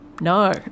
No